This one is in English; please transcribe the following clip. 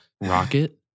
Rocket